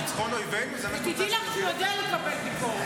לניצחון אויבינו בחזיתות השונות.